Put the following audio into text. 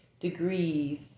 degrees